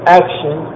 action